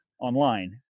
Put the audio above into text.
online